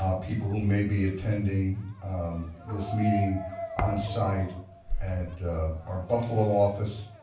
um people who may be attending this meeting on site at our buffalo office,